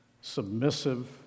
submissive